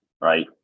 right